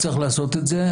היה צריך לעשות את זה,